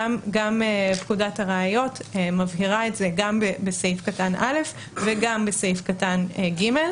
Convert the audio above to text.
גם פקודת הראיות מבהירה את זה גם בסעיף קטן (א) וגם בסעיף קטן (ג).